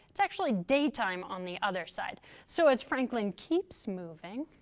it's actually daytime on the other side. so as franklin keeps moving,